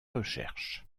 recherche